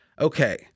Okay